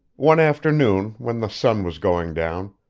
one afternoon, when the sun was going down,